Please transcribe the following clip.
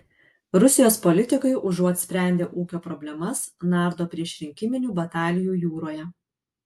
rusijos politikai užuot sprendę ūkio problemas nardo priešrinkiminių batalijų jūroje